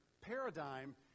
paradigm